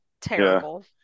terrible